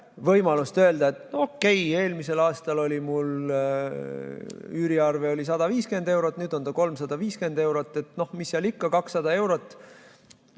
võimalust öelda, et okei, eelmisel aastal oli mul üüriarve 150 eurot, nüüd on ta 350 eurot, et noh, mis seal ikka, 200 eurot,